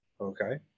okay